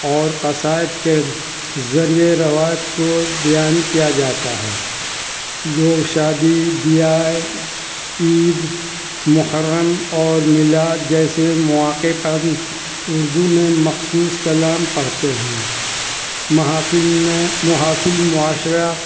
اور قصائد کے ذریعے روایت کو بیان کیا جاتا ہے لوگ شادی بیاہ عید محرم اور میلاد جیسے مواقع پر اردو میں مخصوص کلام پڑھتے ہیں محافل میں محافل معاشرہ